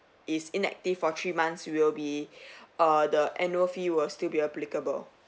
is inactive for three months it will be err the annual fee will still be applicable